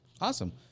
Awesome